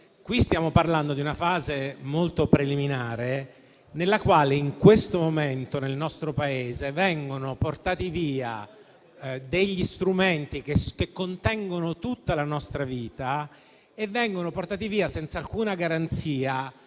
Qui stiamo parlando di una fase molto preliminare nella quale, in questo momento, nel nostro Paese, vengono portati via degli strumenti che contengono tutta la nostra vita senza alcuna garanzia